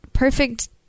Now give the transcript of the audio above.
perfect